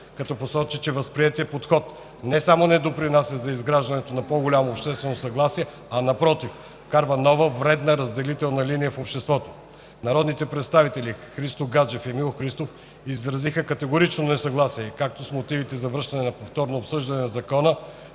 като посочи, че възприетият подход не само не допринася за изграждането на по-голямо обществено съгласие, а напротив – вкарва нова, вредна разделителна линия в обществото. Народните представители Христо Гаджев и Емил Христов изразиха категорично несъгласие както с мотивите за връщане за повторно обсъждане на Закона,